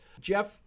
Jeff